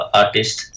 artist